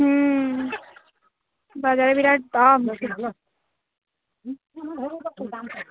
হুম বাজারে বিরাট দাম